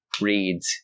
reads